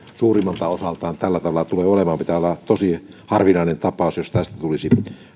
suurimmalta osalta tällä tavalla tulee olemaan pitää olla tosi harvinainen tapaus jos tästä tulisi